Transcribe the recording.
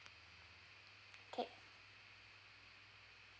okay